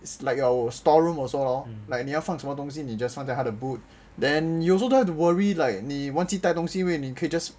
is like our store room also lor then like 你要放什么东西 then 你就放在它的 boot then you also don't have to worry like 你忘记带东西因为你可以 just